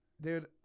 dude